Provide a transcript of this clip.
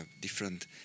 different